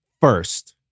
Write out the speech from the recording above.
first